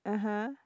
(uh huh)